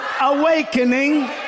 awakening